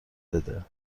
بده